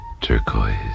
turquoise